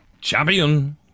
Champion